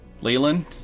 Leland